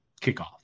kickoff